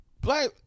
black